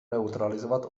neutralizovat